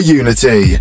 unity